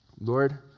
Lord